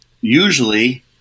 usually